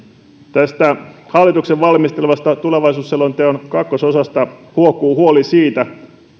tästä hallituksen valmistelemasta tulevaisuusselonteon kakkososasta huokuu huoli siitä